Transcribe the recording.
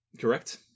Correct